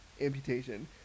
amputation